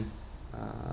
uh